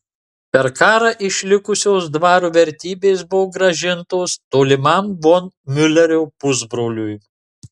per karą išlikusios dvaro vertybės buvo grąžintos tolimam von miulerio pusbroliui